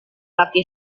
laki